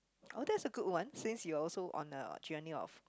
oh that's a good one since you are also on a journey of